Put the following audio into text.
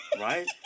right